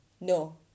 no